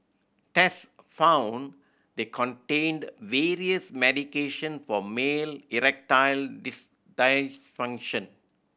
tests found they contained various medication for male erectile this dysfunction